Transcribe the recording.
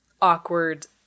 awkward